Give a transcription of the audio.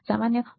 સામાન્ય 0